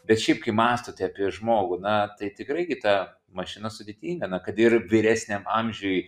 bet šiaip kai mąstote apie žmogų na tai tikrai gi ta mašina sudėtinga na kad ir vyresniam amžiuj